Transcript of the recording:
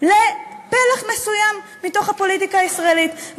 לפלח מסוים מתוך הפוליטיקה הישראלית.